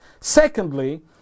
Secondly